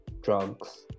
drugs